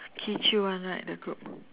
Kee-Chew one right the group